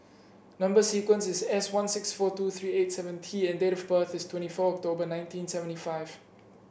number sequence is S one six four two three eight seven T and date of birth is twenty four October nineteen seventy five